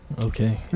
okay